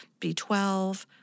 B12